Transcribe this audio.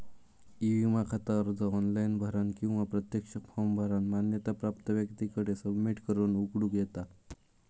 E विमा खाता अर्ज ऑनलाइन भरानं किंवा प्रत्यक्ष फॉर्म भरानं मान्यता प्राप्त व्यक्तीकडे सबमिट करून उघडूक येता